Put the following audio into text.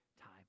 time